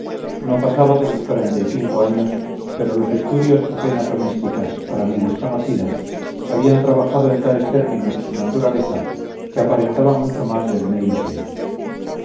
no pasaba de los cuarenta y cinco años pero los estudios o penas domésticas para mí desconocidas habían trabajado en tales términos su naturaleza que aparentaba mucho más del medio siglo